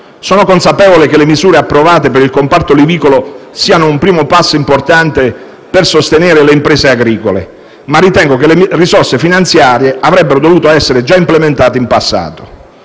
nella consapevolezza che le misure approvate per il comparto olivicolo siano un primo passo importante per sostenere le imprese agricole, ritengo però che le risorse finanziarie avrebbero già dovuto essere implementate in passato.